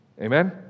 Amen